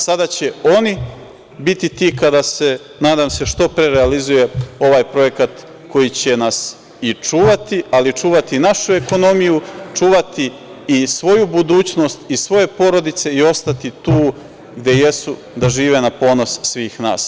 Sada će oni biti ti, kada se, nadam se što pre, realizuje ovaj projekat koji će nas i čuvati, ali i čuvati našu ekonomiju, čuvati i svoju budućnost i svoje porodice i ostati tu gde jesu, da žive na ponos svih nas.